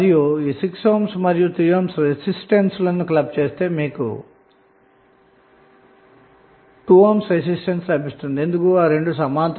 అలాగే 6 ohm మరియు 3 ohm resistance లను క్లబ్ చేస్తే మీకు 2 ohm రెసిస్టెన్స్ లభిస్తుంది అన్న మాట